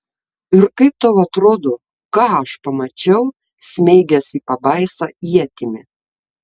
ir kaip tau atrodo ką aš pamačiau smeigęs į pabaisą ietimi